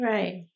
Right